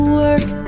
work